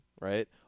right